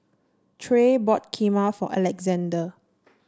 Tre bought Kheema for Alexzander